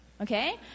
okay